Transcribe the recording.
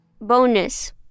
Bonus